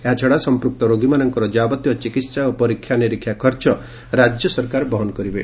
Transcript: ଏହାଛଡ଼ା ସଂପୃକ୍ତ ରୋଗୀମାନଙ୍କର ଯାବତୀୟ ଚିକିତ୍ସା ଓ ପରୀକ୍ଷା ନିରୀକ୍ଷା ଖର୍ଚ୍ଚ ରାଜ୍ୟ ସରକାର ବହନ କରିବେ